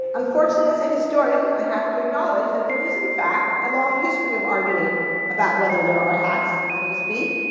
unfortunately as a historian i have to acknowledge that there is, in fact, a long history of arguing about whether there are hats, so to speak,